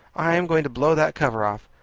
i am going to blow that cover off.